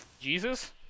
Jesus